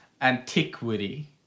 antiquity